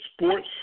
Sports